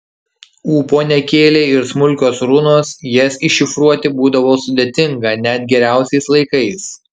ūpo nekėlė ir smulkios runos jas iššifruoti būdavo sudėtinga net geriausiais laikais